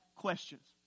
questions